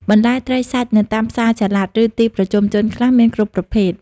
បន្លែ ត្រី សាច់នៅតាមផ្សារចល័ត ឬទីប្រជុំជនខ្លះមានគ្រប់ប្រភេទ។